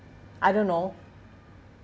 I don't know